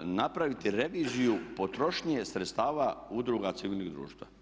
napraviti reviziju potrošnje sredstava udruga civilnih društva.